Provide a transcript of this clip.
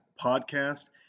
Podcast